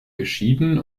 geschieden